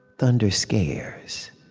thunder scares.